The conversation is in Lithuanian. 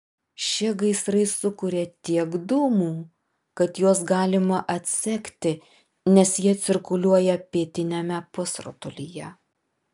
šie gaisrai sukuria tiek dūmų kad juos galima atsekti nes jie cirkuliuoja pietiniame pusrutulyje